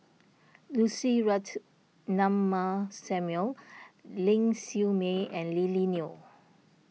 Lucy Ratnammah Samuel Ling Siew May and Lily Neo